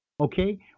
okay